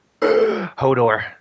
Hodor